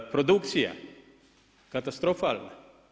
Produkcija katastrofalna.